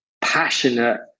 passionate